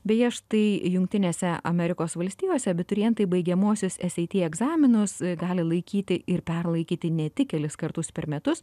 beje štai jungtinėse amerikos valstijose abiturientai baigiamuosius es ei ti egzaminus gali laikyti ir perlaikyti ne tik kelis kartus per metus